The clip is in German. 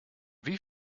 wie